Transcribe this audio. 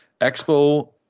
Expo